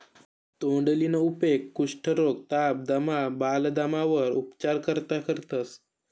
तोंडलीना उपेग कुष्ठरोग, ताप, दमा, बालदमावर उपचार करता करतंस